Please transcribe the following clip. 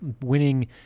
winning